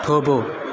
થોભો